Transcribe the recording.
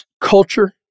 culture